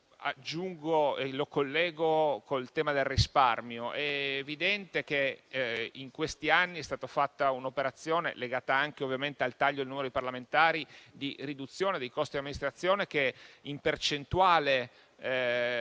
riguarda il tema del risparmio, è evidente che in questi anni è stata fatta un'operazione, legata anche, ovviamente, al taglio del numero dei parlamentari, di riduzione dei costi dell'Amministrazione, che in percentuale